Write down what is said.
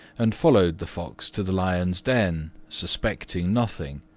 and followed the fox to the lion's den, suspecting nothing.